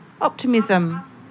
optimism